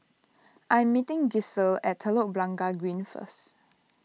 I am meeting Giselle at Telok Blangah Green first